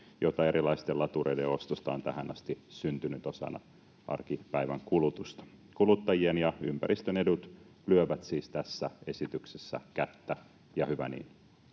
jota erilaisten latureiden ostosta on tähän asti syntynyt osana arkipäivän kulutusta. Kuluttajien ja ympäristön edut lyövät siis tässä esityksessä kättä, ja hyvä niin.